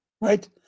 right